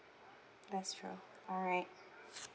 that's true alright